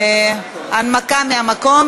הנמקה מהמקום.